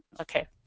okay